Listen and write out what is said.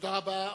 תודה רבה.